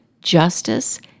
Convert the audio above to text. justice